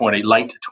late